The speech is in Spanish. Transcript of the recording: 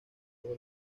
todo